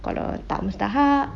kalau tak mustahak